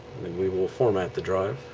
and we will format the drive,